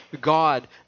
God